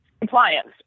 compliance